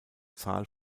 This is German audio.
zahl